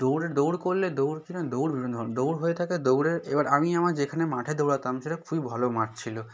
দৌড়ের দৌড় করলে দৌড় কি না দৌড় বিভিন্ন ধরনের দৌড় হয়ে থাকে দৌড়ের এবার আমি আমার যেখানে মাঠে দৌড়াতাম সেটা খুবই ভালো মাঠ ছিল